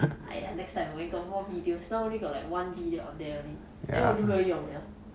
!aiya! next time when got more videos now only got like one video up there only then 我就没有用了